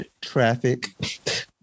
traffic